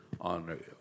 on